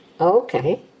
Okay